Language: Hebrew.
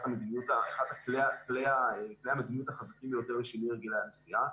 אחת מכלי המדיניות החזקים ביותר לשינוי הרגלי הנסיעה,